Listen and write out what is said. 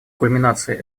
кульминацией